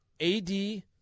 AD